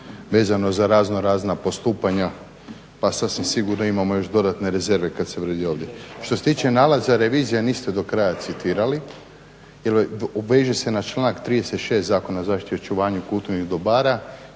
vezano za raznorazna postupanja pa sasvim sigurno imamo još dodatne rezerve kad se …/Govornik se ne razumije./… ovdje. Što se tiče nalaza revizije niste do kraja citirali jer veže se na članak 36. Zakona o zaštiti očuvanja kulturnih dobara